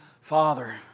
Father